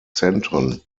zentren